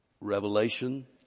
Revelation